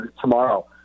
Tomorrow